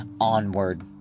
onward